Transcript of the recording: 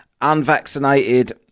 unvaccinated